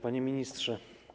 Panie Ministrze!